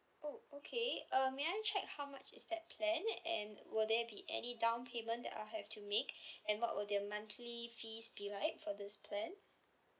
oh okay uh may I check how much is that plan and will there be any down payment that I have to make and what will their monthly fees be like for this plan